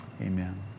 Amen